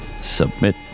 Submit